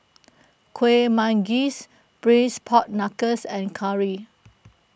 Kueh Manggis Braised Pork Knuckles and Curry